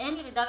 שאין בביקוש.